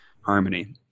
harmony